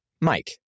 Mike